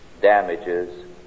damages